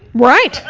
right,